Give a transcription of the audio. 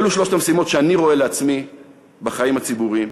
אלה שלוש המשימות שאני רואה לעצמי בחיים הציבוריים.